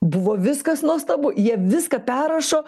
buvo viskas nuostabu jie viską perrašo